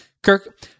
Kirk